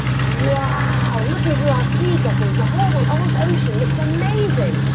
wow. looking through our sea goggles the whole ocean ocean looks amazing.